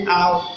out